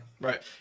Right